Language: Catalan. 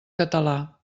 català